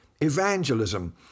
evangelism